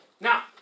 Now